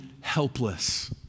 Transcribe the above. helpless